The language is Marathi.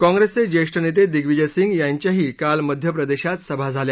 काँग्रेसचे ज्येष्ठ नेते दिग्विजय सिंह यांच्याही काल मध्यप्रदेशात सभा झाल्या